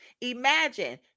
imagine